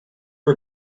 her